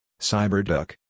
Cyberduck